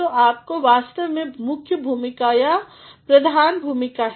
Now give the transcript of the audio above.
तो आपकी वास्तव में मुख्य भूमिका या प्रधान भूमिका है